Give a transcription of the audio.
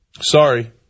Sorry